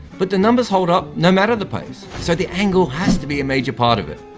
but the numbers hold up no matter the pace, so the angle has to be a major part of it.